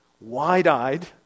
wide-eyed